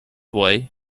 way